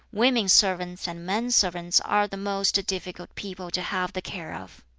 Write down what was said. women-servants and men-servants are the most difficult people to have the care of.